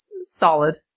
solid